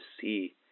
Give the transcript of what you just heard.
see